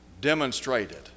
demonstrated